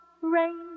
rain